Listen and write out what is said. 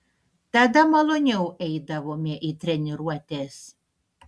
tada maloniau eidavome į treniruotes